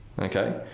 okay